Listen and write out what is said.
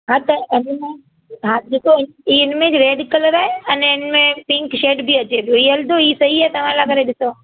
हा त हिन में हा ॾिसो हीउ हिन में रेड कलरु आहे आने हिन में पिंक शेड बि अचे थो हीउ हलंदो हीउ सही आहे तव्हां लाहे करे ॾिसो